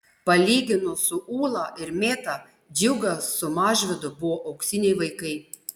palyginus su ūla ir mėta džiugas su mažvydu buvo auksiniai vaikai